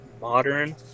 modern